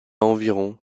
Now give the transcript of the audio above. environ